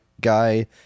guy